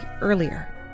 earlier